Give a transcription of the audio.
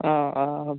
ആ ആ